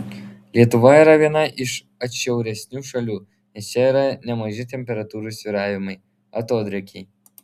lietuva yra viena iš atšiauresnių šalių nes čia yra nemaži temperatūrų svyravimai atodrėkiai